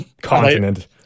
continent